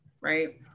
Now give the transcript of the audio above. right